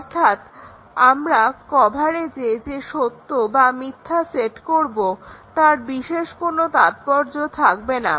অর্থাৎ আমরা কভারেজে যে সত্য বা মিথ্যা সেট করব তার বিশেষ কোনো তাৎপর্য থাকবে না